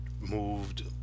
moved